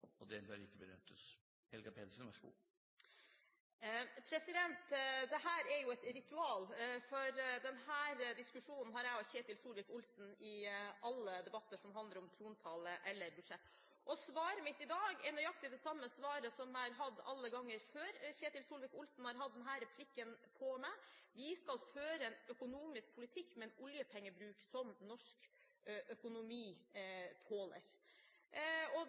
og det bør ikke benyttes. Dette er jo et ritual, for denne diskusjonen har jeg og Ketil Solvik-Olsen i alle debatter som handler om trontale eller budsjett. Svaret mitt i dag er nøyaktig det samme som alle ganger før når Ketil Solvik-Olsen har hatt denne replikken til meg. Vi skal føre en økonomisk politikk med en oljepengebruk som norsk økonomi tåler. Det er en grense for hvor mye penger vi kan bruke uten at det koker over, og